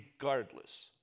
regardless